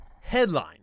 Headline